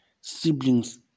siblings